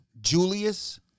Julius